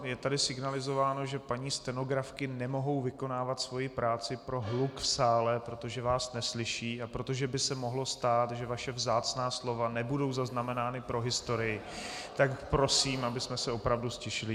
Je tady signalizováno, že paní stenografky nemohou vykonávat svoji práci pro hluk v sále, protože vás neslyší a protože by se mohlo stát, že vaše vzácná slova nebudou zaznamenána pro historii, tak prosím, abychom se opravdu ztišili.